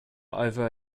over